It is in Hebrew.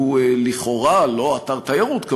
והוא לכאורה לא אתר תיירות,